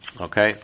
Okay